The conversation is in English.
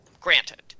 granted